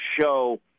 show